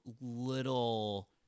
little